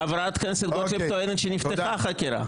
חברת הכנסת גוטליב שנפתחה חקירה.